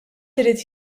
irid